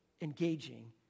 engaging